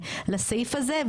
לסעיף הזה,